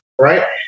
Right